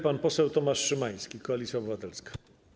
Pan poseł Tomasz Szymański, Koalicja Obywatelska.